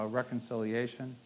reconciliation